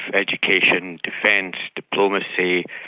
education, defence, diplomacy,